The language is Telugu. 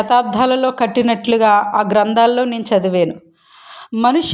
శతాబ్దాలలో కట్టినట్టుగా ఆ గ్రంథాలలో నేను చదివాను మనుషులు